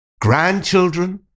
grandchildren